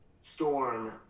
storm